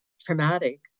traumatic